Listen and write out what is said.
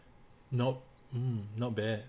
nope mmhmm not bad